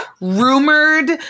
rumored